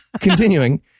Continuing